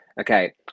okay